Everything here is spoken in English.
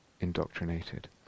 indoctrinated